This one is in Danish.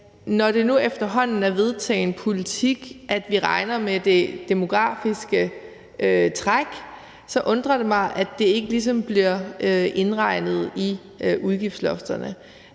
Når det nu efterhånden er vedtagen politik, at vi regner med det demografiske træk, så undrer det mig, at det ikke ligesom bliver indregnet i udgiftslofterne.